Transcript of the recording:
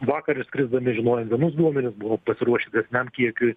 vakar išskrisdami žinojom vienus duomenis buvom pasiruošę didesniam kiekiui